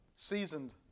Seasoned